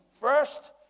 first